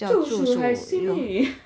竹鼠 !huh! simi